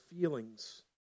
feelings